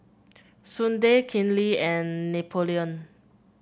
Sudie Kenley and Napoleon